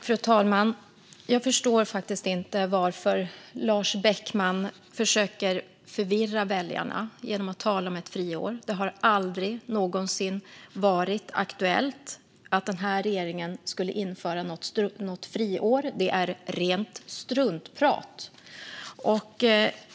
Fru talman! Jag förstår faktiskt inte varför Lars Beckman försöker att förvirra väljarna genom att tala om ett friår. Det har aldrig någonsin varit aktuellt att den här regeringen skulle införa något friår. Det är rent struntprat.